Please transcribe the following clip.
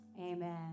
Amen